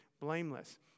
Blameless